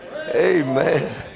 Amen